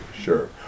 Sure